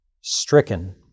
stricken